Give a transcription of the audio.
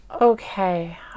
Okay